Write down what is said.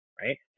right